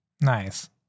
Nice